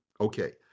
Okay